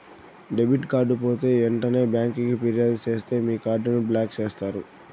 debit card పోతే ఎంటనే బ్యాంకికి ఫిర్యాదు సేస్తే మీ కార్డుని బ్లాక్ చేస్తారు